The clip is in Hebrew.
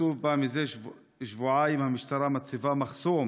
כתוב בה: מזה שבועיים המשטרה מציבה מחסום